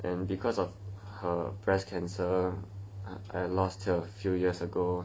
and because of her breast cancer I lost her a few years ago